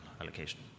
allocation